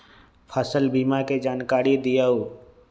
फसल बीमा के जानकारी दिअऊ?